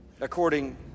according